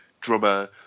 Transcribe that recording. drummer